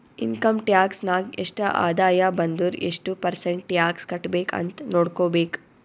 income tax ನಾಗ್ ಎಷ್ಟ ಆದಾಯ ಬಂದುರ್ ಎಷ್ಟು ಪರ್ಸೆಂಟ್ ಟ್ಯಾಕ್ಸ್ ಕಟ್ಬೇಕ್ ಅಂತ್ ನೊಡ್ಕೋಬೇಕ್